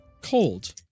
cold